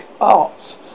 arts